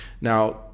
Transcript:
Now